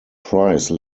price